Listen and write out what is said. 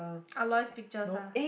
Aloy's pictures ah